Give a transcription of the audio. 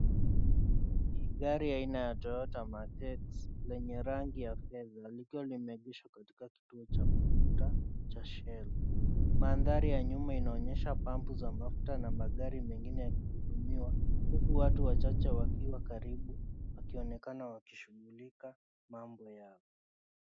Gari aina ya Toyota Maxk X lenye rangi ya fedha, likiwa limeegeshwa katika kituo cha mafuta cha Shell. Mandhari ya nyuma inaonyesha pampu za mafuta na magari mengine yakihudumiwa, huku watu wachache wakiwa karibu wakionekana wakishughulika mambo yao.